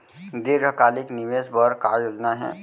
दीर्घकालिक निवेश बर का योजना हे?